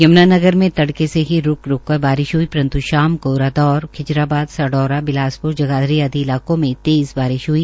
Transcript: यमुनानगर में तड़के से ही रूक रूक कर बारिश हई परन्तु शाम को रादौर खिजराबाद स ौरा बिलासप्र जगाधरी आदि इलाकों में तेज़ बारिश हई